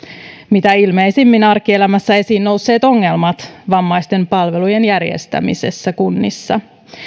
mitä ilmeisimmin arkielämässä esiin nousseet ongelmat vammaisten palvelujen järjestämisessä kunnissa